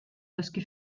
dysgu